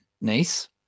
nice